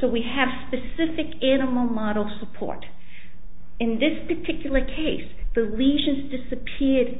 so we have specifics in a moment of support in this particular case the lesions disappeared